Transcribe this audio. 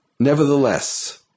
Nevertheless